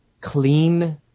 clean